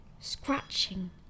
scratching